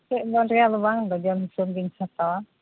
ᱢᱤᱫᱴᱮᱱ ᱵᱟᱨᱭᱟ ᱫᱚ ᱵᱟᱝ ᱰᱚᱡᱚᱱ ᱦᱤᱥᱟᱹᱵᱜᱤᱧ ᱦᱟᱛᱟᱣᱟ